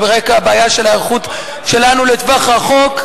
על רקע הבעיה של ההיערכות שלנו לטווח רחוק.